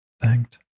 thanked